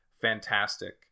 fantastic